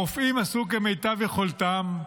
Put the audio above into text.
הרופאים עשו כמיטב יכולתם,